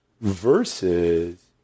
versus